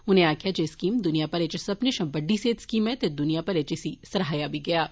उनें आक्खेआ जे एह स्कीम दुनिया भरै च सब्बनें शा बड्डी सेहत स्कीम ऐ ते दुनिया भरै च इसी सराहेया गेआ ऐ